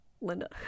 linda